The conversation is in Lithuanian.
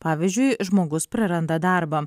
pavyzdžiui žmogus praranda darbą